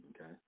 Okay